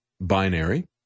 binary